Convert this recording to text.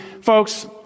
folks